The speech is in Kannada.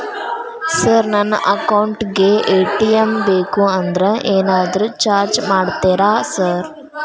ಸರ್ ನನ್ನ ಅಕೌಂಟ್ ಗೇ ಎ.ಟಿ.ಎಂ ಬೇಕು ಅದಕ್ಕ ಏನಾದ್ರು ಚಾರ್ಜ್ ಮಾಡ್ತೇರಾ ಸರ್?